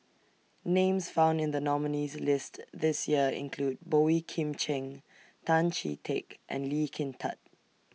Names found in The nominees' list This Year include Boey Kim Cheng Tan Chee Teck and Lee Kin Tat